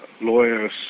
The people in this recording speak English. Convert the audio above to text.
lawyers